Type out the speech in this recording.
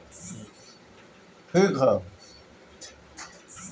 इ एगो बेरी फल होखेला जेकरा फल के बीच में बड़के बिया होखेला